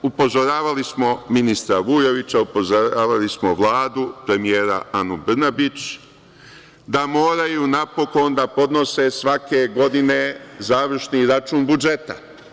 Upozoravali smo ministra Vujovića, upozoravali smo Vladu, premijera Anu Brnabić, da moraju napokon da podnose svake godine završni račun budžeta.